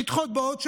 נדחות בעוד שבוע,